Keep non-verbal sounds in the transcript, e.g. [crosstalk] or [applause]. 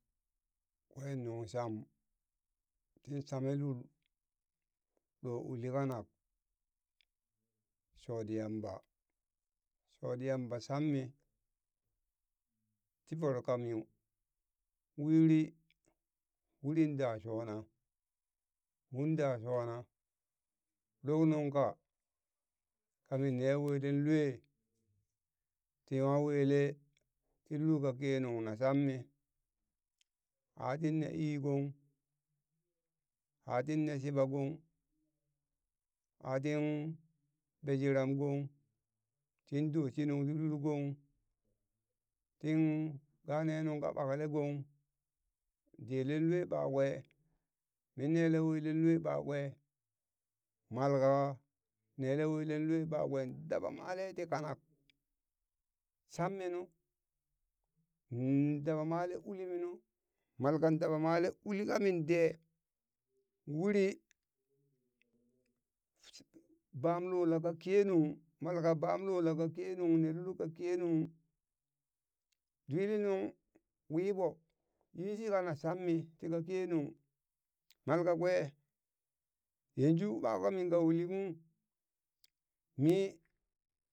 Kwen nuŋ sham ni shame lul, lo ulli kanak shoti yamba, shoti yamba shammi ti voro kamin uri, urin da shona, mun da shona, [noise] nunka kamin ne [noise] wele lue, tiwa wele ki lulka kenung na shammi, atin ne ii gong, [noise] atin ne shiɓɓa gong, atin be jiram gog, [noise] tin do shi nung ti lul gon, tin ga ne nungka ɓakle gong, delen lue ɓakwe, min nele weleng lue ɓakwe, malka nele weleng lue ɓakwe daba male ti kanak, shammi nu, in dabamale ulimi nu malkang daba male uli kamin de wuri [noise] bam lolat kenung malka bam lolat ka kenung ne lul ka ke nung dwilli nung wii ɓo yinshika na shammi ti ka kenung malka kwe yanzu ɓaka minka uli kung mi. [noise]